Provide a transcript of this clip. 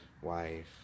Wife